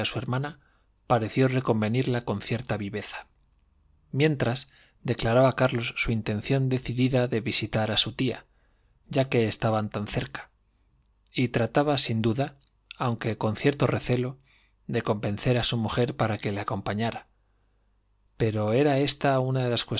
su hermana pareció reconvenirla con cierta viveza mientras declaraba carlos su intención decidida de visitar a su tía ya que estaban tan cerca y trataba sin duda aunque con cierto recelo de convencer a su mujer para que le acompañara pero era ésta una de las